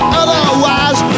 otherwise